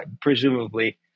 presumably